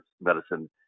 medicine